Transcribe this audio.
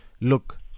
look